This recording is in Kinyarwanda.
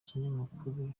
kinyamakuru